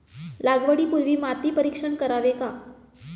लागवडी पूर्वी माती परीक्षण करावे का?